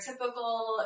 typical